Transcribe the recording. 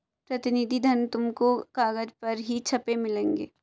प्रतिनिधि धन तुमको कागज पर ही छपे मिलेंगे